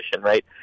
right